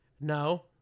no